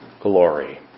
glory